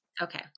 Okay